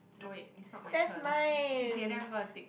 oh wait it's not my turn okay kay then I'm gonna take